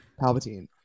Palpatine